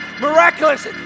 miraculous